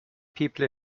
people